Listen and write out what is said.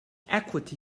equity